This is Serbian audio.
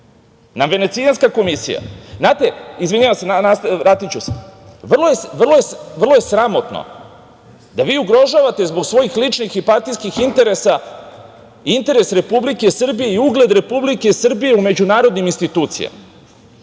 nam Venecijanska komisija, znate, izvinjavam se, vratiću se. Vrlo je sramotno da vi ugrožavate zbog svojih ličnih i partijskih interesa, interes Republike Srbije i ugled Republike Srbije u međunarodnim institucijama.